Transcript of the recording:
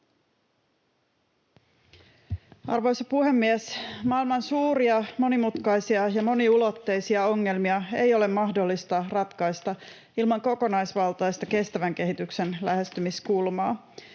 Arvoisa puhemies! Maailman suuria, monimutkaisia ja moniulotteisia ongelmia ei ole mahdollista ratkaista ilman kokonaisvaltaista kestävän kehityksen lähestymiskulmaa.